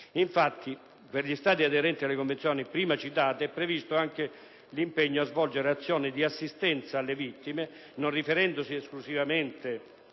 Infatti, per gli Stati aderenti alle convenzioni prima citate, è previsto anche l'impegno a svolgere azioni di assistenza alle vittime, non riferendosi esclusivamente